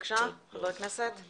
בבקשה, חבר הכנסת אנדרי קוז'ינוב.